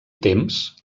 temps